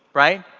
right.